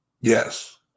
Yes